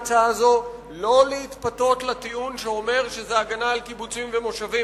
ולא להתפתות לטיעון שאומר שזאת הגנה על קיבוצים ומושבים,